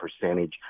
percentage